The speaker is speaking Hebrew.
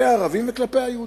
כלפי היהודים וכלפי הערבים.